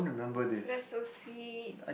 that's so sweet